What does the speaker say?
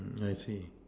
I see